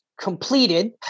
completed